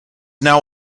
now